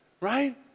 Right